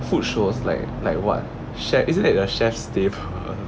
food shows like like what che~ is it like chef's table or